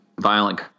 violent